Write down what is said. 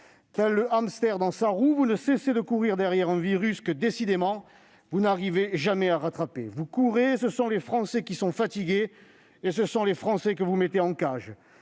Tel le hamster dans sa roue, vous ne cessez de courir derrière un virus que, décidément, vous n'arrivez jamais à rattraper. Vous courez, mais ce sont les Français qui sont fatigués, et ce sont les Français que vous mettez en cage.